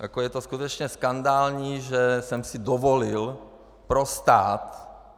Jako je to skutečně skandální, že jsem si dovolil pro stát...